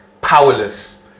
powerless